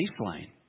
baseline